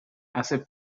hace